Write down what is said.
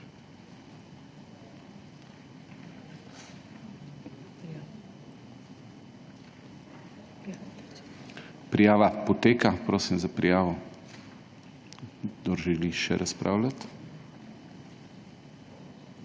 Prijava poteka. Prosim za prijavo, kdor želi še razpravljati.